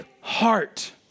heart